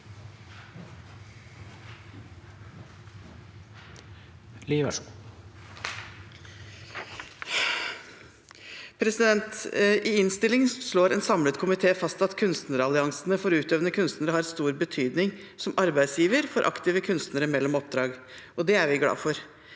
Lie (SV) I innstillingen slår en samlet komité fast at kunstneralliansene for utøvende kunstnere har stor betydning som arbeidsgiver for aktive kunstnere mellom oppdrag. Det er vi glad for.